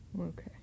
Okay